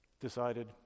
decided